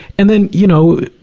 and then, you know,